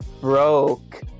broke